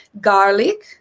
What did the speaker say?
garlic